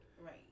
Right